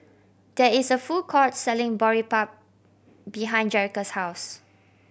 there is a food court selling Boribap behind Jerrica's house